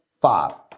five